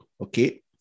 okay